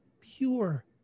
pure